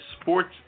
sports